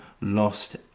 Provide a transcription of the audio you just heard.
lost